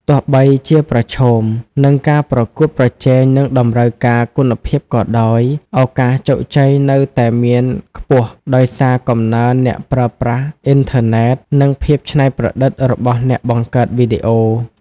ទោះបីជាប្រឈមនឹងការប្រកួតប្រជែងនិងតម្រូវការគុណភាពក៏ដោយ ឱកាសជោគជ័យនៅតែមានខ្ពស់ ដោយសារកំណើនអ្នកប្រើប្រាស់អ៊ីនធឺណិតនិងភាពច្នៃប្រឌិតរបស់អ្នកបង្កើតវីដេអូ។